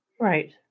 Right